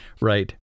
right